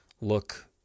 look